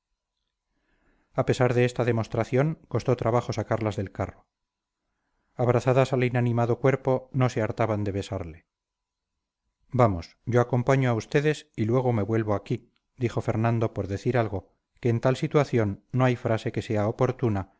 a pesar de esta demostración costó trabajo sacarlas del carro abrazadas al inanimado cuerpo no se hartaban de besarle vamos yo acompaño a ustedes y luego me vuelvo aquí dijo fernando por decir algo que en tal situación no hay frase que sea oportuna